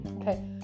okay